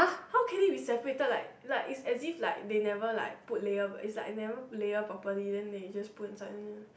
how can it be separated like like is as if like they never like put layer is like never layer properly then they just put inside